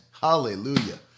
Hallelujah